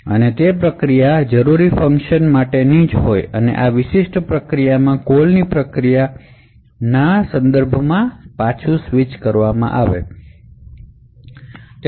તે પ્રોસેસ જરૂરી ફંકશન ચલાવશે અને તે પછી આ પ્રોસેસમાંથી કોલની પ્રોસેસમાં પાછા અન્ય કોંટેક્સ્ટ સ્વિચ છે